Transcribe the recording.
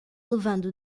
levando